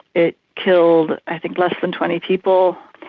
it killed i think less than twenty people,